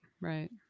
right